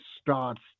starts